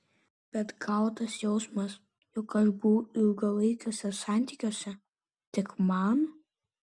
bet gal tas jausmas jog aš buvau ilgalaikiuose santykiuose tik man